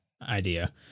idea